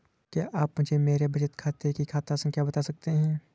क्या आप मुझे मेरे बचत खाते की खाता संख्या बता सकते हैं?